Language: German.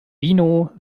vino